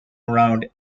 around